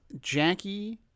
Jackie